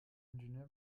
ingenieur